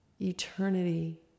eternity